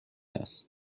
است